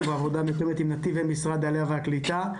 בעבודה מתואמת עם נתיב ועם משרד העלייה והקליטה,